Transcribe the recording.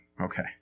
Okay